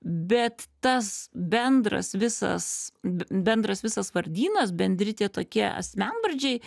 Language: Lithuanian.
bet tas bendras visas b bendras visas vardynas bendri tie tokie asmenvardžiai